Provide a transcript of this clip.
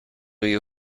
you